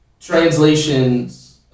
translations